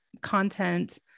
content